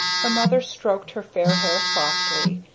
her mother stroked her fair hair softly,